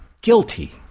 guilty